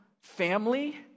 family